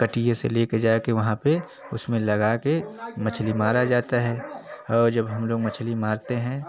कटिया से लेकर जाकर वहाँ पर उसमें लगा के मछली मारी जाती है और जब हम लोग मछली मारते हैं